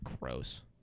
gross